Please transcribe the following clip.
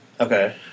Okay